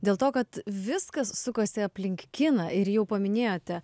dėl to kad viskas sukosi aplink kiną ir jau paminėjote